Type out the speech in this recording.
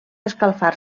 escalfar